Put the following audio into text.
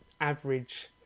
average